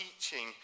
teaching